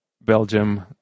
Belgium